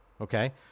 Okay